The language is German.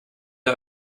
der